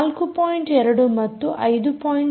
2 ಮತ್ತು 5